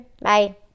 Bye